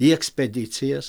į ekspedicijas